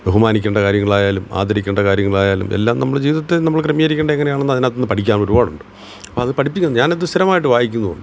ബഹുമാനിക്കേണ്ട കാര്യങ്ങളായാലും ആദരിക്കേണ്ട കാര്യങ്ങളായാലും എല്ലാം നമ്മുടെ ജീവിതത്തെ നമ്മൾ ക്രമീകരിക്കേണ്ടേ എങ്ങനെയാണെന്നു അതിനകത്തു നിന്നു പഠിക്കാൻ ഒരുപാടുണ്ട് അതു പഠിപ്പിക്കും ഞാനത് സ്ഥിരമായിട്ടു വായിക്കുന്നുണ്ട്